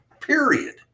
period